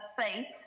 faith